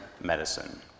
medicine